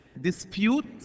dispute